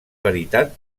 veritat